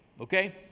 okay